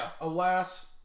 alas